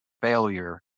failure